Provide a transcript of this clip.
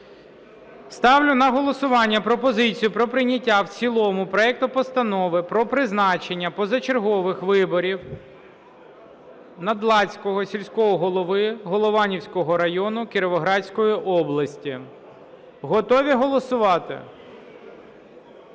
Ставлю на голосування пропозицію про прийняття в цілому проекту Постанови про призначення позачергових виборів Надлацького сільського голови Голованівського району Кіровоградської області. Готові голосувати?